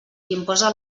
imposa